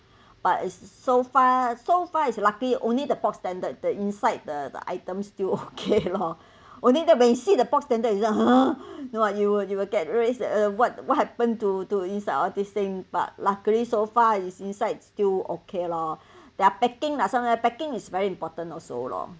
but it's so far so far is lucky only the box standard the inside the the items still okay lor only that when you see the box then you just !huh! no ah you will you will get that uh what what happen to to inside all this thing but luckily so far is inside still okay lor their packing lah sometime packing is very important also lor